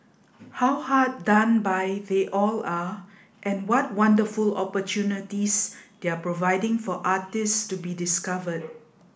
how hard done by they all are and what wonderful opportunities they're providing for artists to be discovered